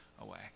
away